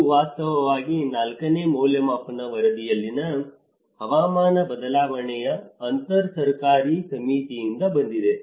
ಇದು ವಾಸ್ತವವಾಗಿ ನಾಲ್ಕನೇ ಮೌಲ್ಯಮಾಪನ ವರದಿಯಲ್ಲಿನ ಹವಾಮಾನ ಬದಲಾವಣೆಯ ಅಂತರಸರ್ಕಾರಿ ಸಮಿತಿಯಿಂದ ಬಂದಿದೆ